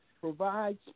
provides